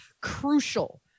crucial